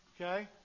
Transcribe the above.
Okay